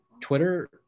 twitter